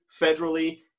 federally